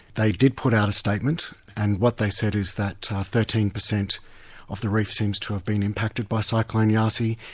they did put out a statement, and what they said is that thirteen percent of the reef seems to have been impacted by cyclone yasi,